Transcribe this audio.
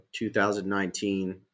2019